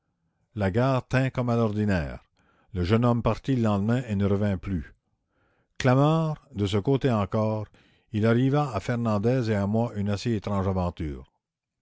la gare tint comme à l'ordinaire le jeune homme partit le lendemain et ne revint plus clamart de ce côté encore il arriva à fernandez et à moi une assez étrange aventure